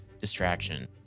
distraction